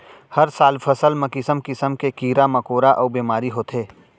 हर साल फसल म किसम किसम के कीरा मकोरा अउ बेमारी होथे